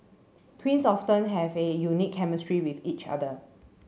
twins often have a unique chemistry with each other